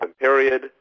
period